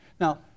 Now